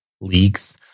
leaks